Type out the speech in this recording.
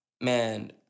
man